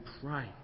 pray